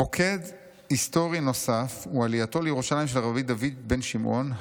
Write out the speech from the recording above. "מוקד היסטורי נוסף הוא עלייתו לירושלים של רבי דוד בן שמעון,